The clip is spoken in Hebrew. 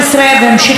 וזה המשיך עד היום.